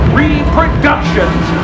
reproductions